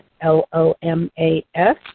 L-O-M-A-S